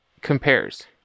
compares